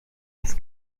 das